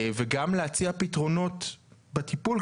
וגם להציע פתרונות בטיפול,